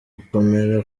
gukomera